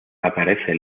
aparece